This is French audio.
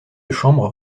chambre